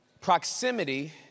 Proximity